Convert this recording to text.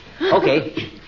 Okay